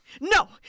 no